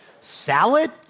Salad